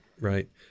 right